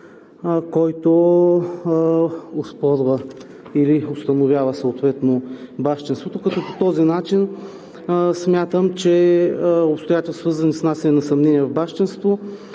който оспорва или установява съответно бащинството, като по този начин смятам, че обстоятелства с внасяне на съмнения в бащинство,